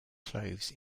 clothes